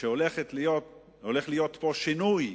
שהולך להיות פה שינוי,